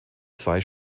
zwei